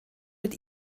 mit